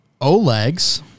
Olegs